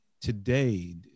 today